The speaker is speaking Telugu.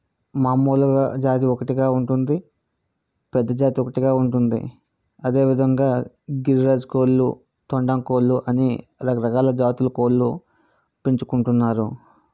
మామూలుగా జాతి ఒకటిగా ఉంటుంది పెద్ద జాతి ఒకటిగా ఉంటుంది అదేవిధంగా గిరిరాజు కోళ్లు తొండం కోళ్లు అని రకరకాల జాతుల కోళ్లు పెంచుకుంటున్నారు